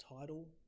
title